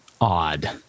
odd